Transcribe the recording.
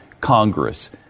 Congress